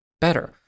Better